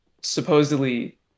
supposedly